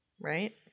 right